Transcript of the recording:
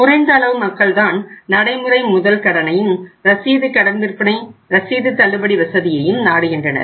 குறைந்தளவு மக்கள் தான் நடைமுறை முதல் கடனையும் ரசீது கடன் விற்பனை ரசீது தள்ளுபடி வசதியையும் நாடுகின்றனர்